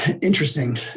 Interesting